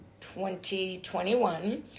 2021